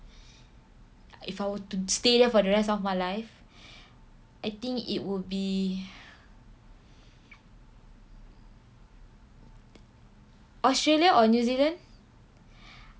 if I were to stay there for the rest of my life I think it would be australia or new zealand